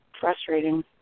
frustrating